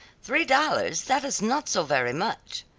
three dollars, that is not so very much!